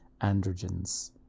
androgens